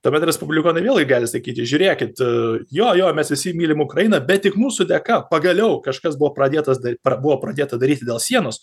tuomet respublikonai vėlgi gali sakyti žiūrėkit jo jo mes visi mylim ukrainą bet tik mūsų dėka pagaliau kažkas buvo pradėtas pra buvo pradėta daryti dėl sienos